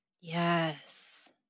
Yes